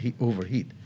overheat